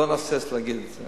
לא נהסס להגיד את זה.